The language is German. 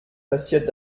passiert